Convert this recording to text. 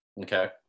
Okay